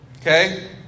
Okay